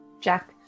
Jack